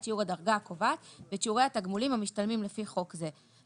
את שיעור הדרגה הקובעת ואת שיעורי התגמולים המשתלמים לפי חוק זה.